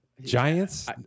Giants